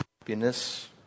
happiness